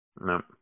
No